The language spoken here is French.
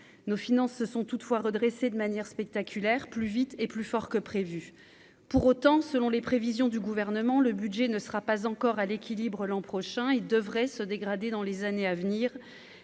nos finances se sont toutefois redressé de manière spectaculaire, plus vite et plus fort que prévu, pour autant, selon les prévisions du gouvernement, le budget ne sera pas encore à l'équilibre l'an prochain et devrait se dégrader dans les années à venir,